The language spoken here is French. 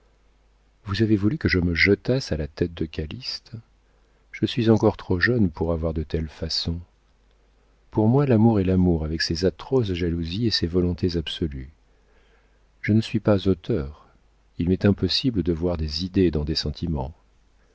vous avez voulu que je me jetasse à la tête de calyste je suis encore trop jeune pour avoir de telles façons pour moi l'amour est l'amour avec ses atroces jalousies et ses volontés absolues je ne suis pas auteur il m'est impossible de voir des idées dans des sentiments